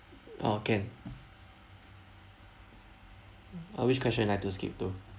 oh can uh which question I have to skip to